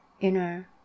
inner